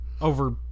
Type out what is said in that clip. over